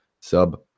sub